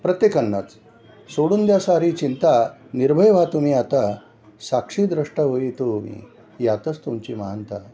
प्रत्येकानाच सोडून द्या सारी चिंता निर्भय व्हा तुम्ही आता साक्षीद्रष्टा होई तो मी यातच तुमची महानता